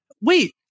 wait